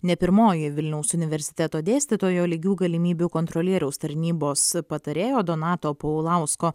ne pirmoji vilniaus universiteto dėstytojo lygių galimybių kontrolieriaus tarnybos patarėjo donato paulausko